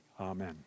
Amen